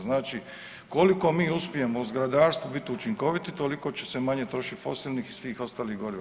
Znači koliko mi uspijemo u zgradarstvu biti učinkoviti toliko će se manje trošiti fosilnih i svih ostalih goriva.